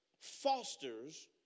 fosters